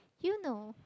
you know